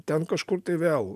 ten kažkur tai vėl